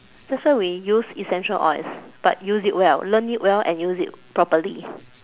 that's why we use essential oils but use it well learn it well and use it properly